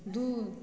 दू